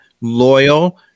loyal